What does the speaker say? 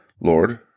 Lord